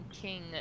King